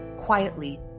quietly